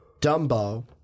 Dumbo